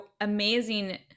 amazing